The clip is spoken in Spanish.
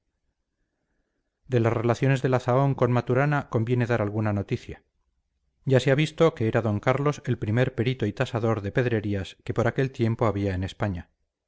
de las relaciones de la zahón con maturana conviene dar alguna noticia ya se ha visto que era d carlos el primer perito y tasador de pedrerías que por aquel tiempo había en españa